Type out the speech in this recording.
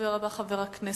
הדובר הבא, חבר הכנסת